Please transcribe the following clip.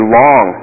long